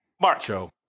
Mark